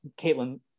Caitlin